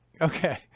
Okay